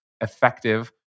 effective